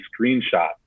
screenshot